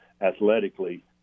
athletically